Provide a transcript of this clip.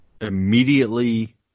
immediately